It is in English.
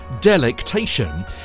delectation